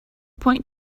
point